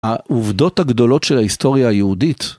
העובדות הגדולות של ההיסטוריה היהודית